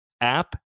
app